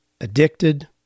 addicted